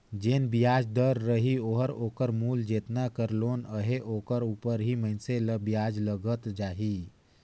जेन बियाज दर रही ओहर ओकर मूल जेतना कर लोन अहे ओकर उपर ही मइनसे ल बियाज लगत जाही